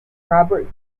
robert